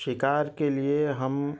شکار کے لیے ہم